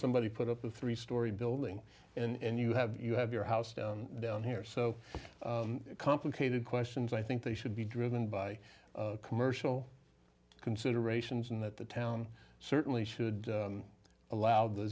somebody put up a three story building and you have you have your house down here so complicated questions i think they should be driven by commercial considerations and that the town certainly should allow the